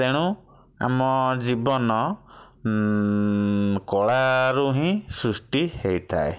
ତେଣୁ ଆମ ଜୀବନ କଳାରୁ ହିଁ ସୃଷ୍ଟି ହେଇଥାଏ